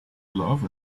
love